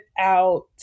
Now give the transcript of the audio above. out